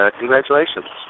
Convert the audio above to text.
congratulations